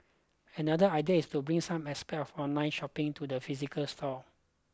another idea is to bring some aspect of online shopping to the physical stores